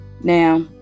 Now